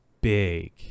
big